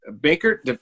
Baker